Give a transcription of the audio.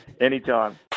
Anytime